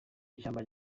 ishyamba